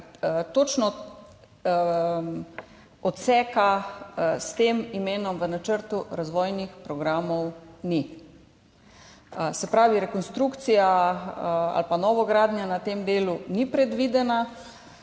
odseka s tem imenom v načrtu razvojnih programov ni. Se pravi, rekonstrukcija ali pa novogradnja na tem delu ni predvidena.